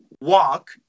walk